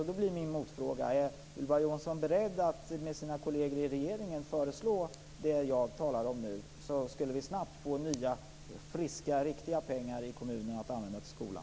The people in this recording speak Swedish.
Då blir min motfråga: Är Ylva Johansson beredd att tillsammans med sina kolleger i regeringen föreslå det som jag nu talat om, så att vi snabbt kan få nya, friska, riktiga pengar i kommunerna att använda till skolan?